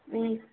उम